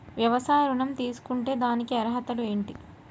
వ్యవసాయ ఋణం తీసుకుంటే దానికి అర్హతలు ఏంటి?